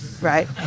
right